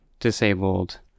disabled